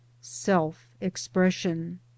self-expression